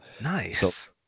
Nice